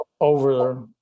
over